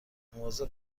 مواظب